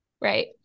right